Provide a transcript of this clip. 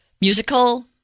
musical